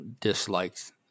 disliked